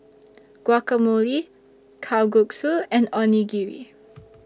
Guacamole Kalguksu and Onigiri